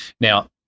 Now